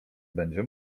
będzie